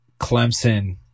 Clemson